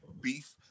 beef